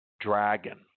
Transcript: dragon